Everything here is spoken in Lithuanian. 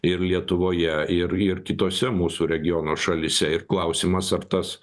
ir lietuvoje ir ir kitose mūsų regiono šalyse ir klausimas ar tas